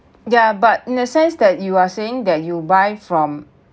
yeah but in a sense that you are saying that you buy from